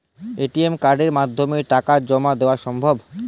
ATM কার্ডের মাধ্যমে টাকা জমা দেওয়া সম্ভব?